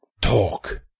Talk